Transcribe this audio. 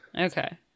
okay